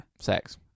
Sex